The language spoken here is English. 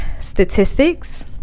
statistics